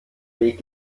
weg